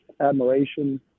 admiration